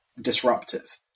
disruptive